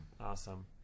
Awesome